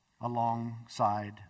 alongside